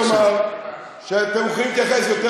אני רוצה לומר שאתם יכולים להתייחס יותר